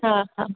हा हा